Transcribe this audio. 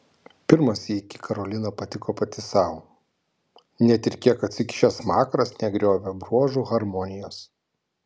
pirmą sykį karolina patiko pati sau net ir kiek atsikišęs smakras negriovė bruožų harmonijos